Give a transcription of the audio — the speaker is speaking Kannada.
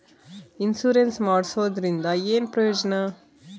ಇನ್ಸುರೆನ್ಸ್ ಮಾಡ್ಸೋದರಿಂದ ಏನು ಪ್ರಯೋಜನ?